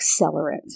accelerant